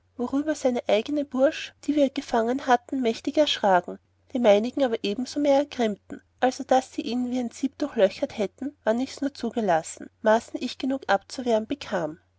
worüber seine eigene bursch die wir gefangen hatten mächtig erschraken die meinigen aber ebensosehr ergrimmten also daß sie ihn wie ein sieb durchlöchert hätten wann ichs nur zugelassen maßen ich genug abzuwehren bekam